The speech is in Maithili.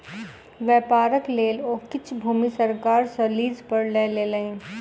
व्यापारक लेल ओ किछ भूमि सरकार सॅ लीज पर लय लेलैन